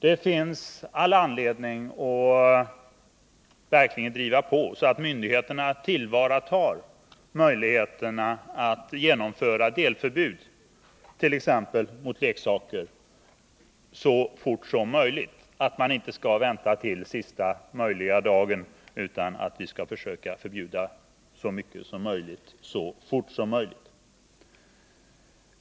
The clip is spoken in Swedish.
Vi har alla skäl att verkligen driva på så att myndigheterna tillvaratar möjligheterna att genomföra delförbud, t.ex. mot leksaker, så fort som möjligt. Man skall inte vänta till sista möjliga dag utan försöka förbjuda så mycket som möjligt så fort det går.